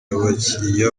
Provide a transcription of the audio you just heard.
abakiriya